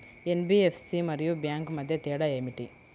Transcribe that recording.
NBFC మరియు bank మధ్య తేడా ఏమిటి?